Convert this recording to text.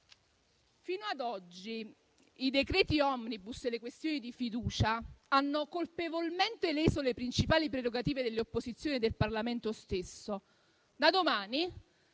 Fino ad oggi i decreti *omnibus* e le questioni di fiducia hanno colpevolmente leso le principali prerogative delle opposizioni e del Parlamento stesso. Da domani,